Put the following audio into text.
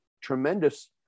tremendous